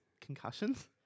concussions